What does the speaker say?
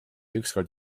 ükskord